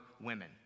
women